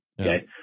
okay